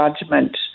judgment